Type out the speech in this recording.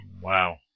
Wow